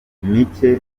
mike